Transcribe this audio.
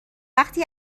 وقتی